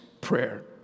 prayer